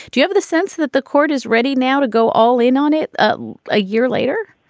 do you have the sense that the court is ready now to go all in on it a ah year later